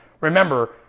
Remember